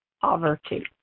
Poverty